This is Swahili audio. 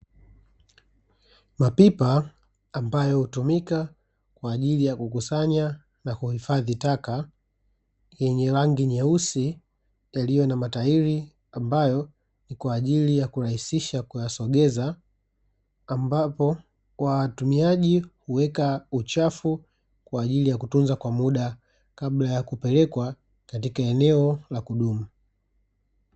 Mapipa ambayo hutumika kwa ajili ya kukusanya na kuhifadhi taka, yenye rangi nyeusi yaliyo na matairi ambayo ni kwa ajili ya kurahisisha kuyasogeza, ambapo watumiaji huweka uchafu kwa ajili ya kutunza kwa muda kabla ya kupelekwa katika eneo la kudumu.